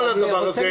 גבוהה.